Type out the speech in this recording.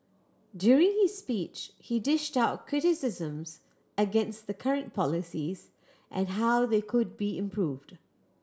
during his speech he dished out criticisms against the current policies and how they could be improved